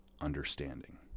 understanding